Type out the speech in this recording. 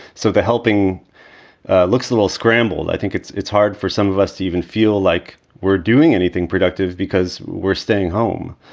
so the helping looks a little scrambled. i think it's it's hard for some of us to even feel like we're doing anything productive because we're staying home.